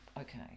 Okay